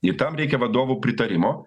i tam reikia vadovų pritarimo